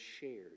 shared